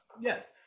Yes